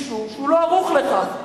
משום שהוא לא ערוך לכך.